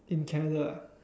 in Canada ah